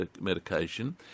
medication